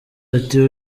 ati